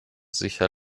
sicher